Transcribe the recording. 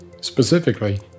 Specifically